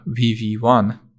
VV1